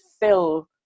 fill